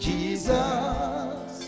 Jesus